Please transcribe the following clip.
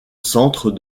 centre